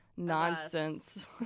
Nonsense